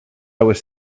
was